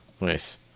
nice